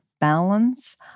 balance